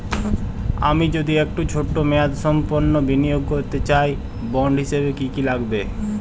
আমি যদি একটু ছোট মেয়াদসম্পন্ন বিনিয়োগ করতে চাই বন্ড হিসেবে কী কী লাগবে?